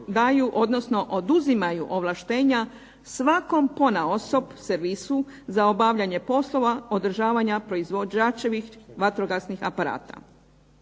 odnosno oduzimaju ovlaštenja svakom ponaosob servisu za obavljanje poslova održavanja proizvođačevih vatrogasnih aparata.